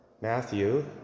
Matthew